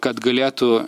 kad galėtų